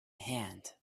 hand